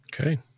okay